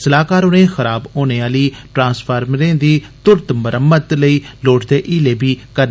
सलाह्कार होरें खराब होने आह्ली ट्रांसफार्मरें दी तुरत मुरम्मत लेई लोड़चदे हीले बी करन